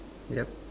yup